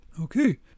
Okay